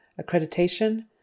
Accreditation